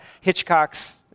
Hitchcock's